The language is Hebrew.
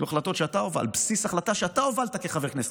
זה על בסיס החלטה שאתה הובלת כחבר כנסת.